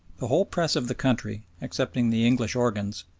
the whole press of the country, excepting the english organs,